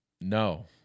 No